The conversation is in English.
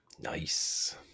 Nice